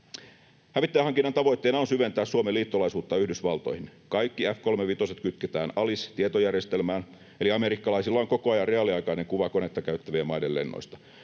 Hävittäjähankinnan tavoitteena on syventää Suomen liittolaisuutta Yhdysvaltoihin. Kaikki F-35:t kytketään ALIS-tietojärjestelmään, eli amerikkalaisilla on koko ajan reaaliaikainen kuva konetta käyttävien maiden lennoista.